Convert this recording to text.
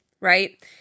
right